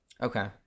Okay